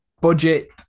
budget